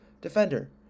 defender